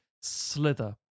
slither